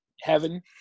heaven